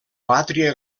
pàtria